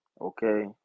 Okay